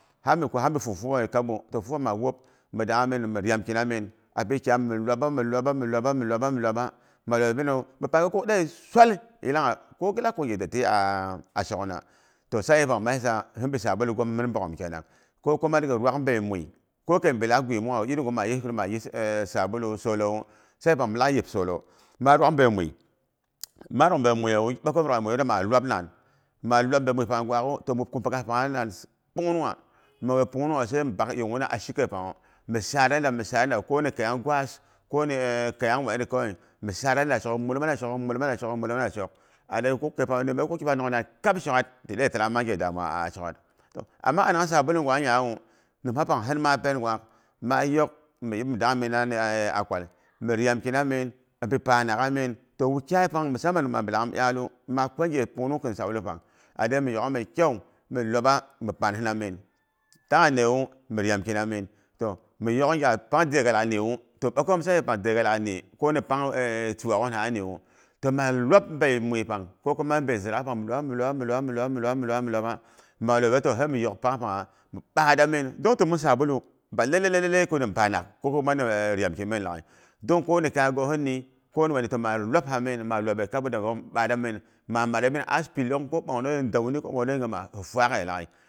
Habi fukfuk ghe kabu, ma wop mi dangha min mi ryam kina min a api kyam, mi iwaba mi iwaba, mi iwaba ma iwabe pinmawu ga kwa ki deiyi swal yilangha. Ko ghi lak kwaghe datti a'a shokna, toh sa'i pang ma yisha hinbi sabu ghom min bogghom kenan hinbi sbaulu ghom min bogghom kenang ko kuma daghi rwak bei mui, ko keibi laak gwimunghawu, iri ngwu ma yisin maa yi e sabulu solowu, sa'i pang milak yisung ku solo. Maa rwak bei mui, maa rwak bei muiyewu, ɓakaiyom da wudu maa iwapnan maa iwab bei mui pangye gwaagkwu rh mi wup kumpa ga pangha nan pungnungha, mi wupbe punungha sai mi bag yeguna ashikei panghu mi sada nda mi saada da, koni keiyang gwaas, koni kayang wan iri kawai mi saada da shok, mi muluma da shok, mi muluma da shok, a deyewu ga kuk to pang diye ga kilpang nonghe nan be kap a shok'ghat, ti deye take mang ghe damuwa a shoghart. Ammang sabulu ngwa nghawu, nimha pang hirima pen gwak, maa yok mi nim mi dangmina a kwal mi ryamki na min mi pi panankgha min. Toh wukyai pang misali, pang mabi lak mi iyala, ga kwa ghe punnung kin sabulu pang a dei miyok gha mai kyau, mi iwaba, mi paan hina min. Tangha neyewu mi ryaam kina min. Toh mi yok ngyak, pang dyegal a dyeyewu, toh ɓakayom pang sa'i pang a dyeye, koni pang kigwa wana ha nyewu. Toh maa iwab mui pang ko mang bei zrak pang mi iwaba, mi iwaba, mi iwaba, maa dime lobu, sai mi yok tangha pangha mi baa damin. Dung timung sabulu, ba lalle lalle ko nimpanak ko kuma gin ryaam ki min laghai. Dong ko ni kaya gohin ni toh maa iwabha min, maa iwabe kabu da mi ɓaada min, maa maade wu a pi iyong ko ɓongnonghei ndauni ko bongnongyei nyimas ni ɓanghe laghai.